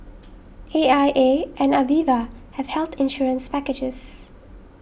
A I A and Aviva have health insurance packages